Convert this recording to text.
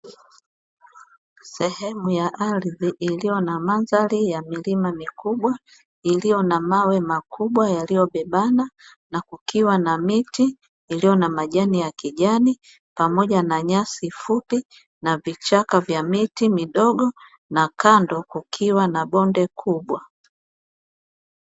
Sehemu ya ardhi iliyo na mandhari ya milima mikubwa, iliyo na mawe makubwa yaliyobebana na kukiwa na miti iliyo na majani ya kijani, pamoja na nyasi fupi na vichaka vya miti midogo na kando kukiwa na bonde kubwa.